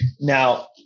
Now